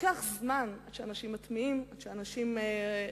לוקח זמן עד שאנשים מטמיעים, עד שאנשים רוצים,